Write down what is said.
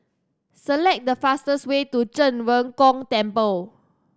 select the fastest way to Zhen Ren Gong Temple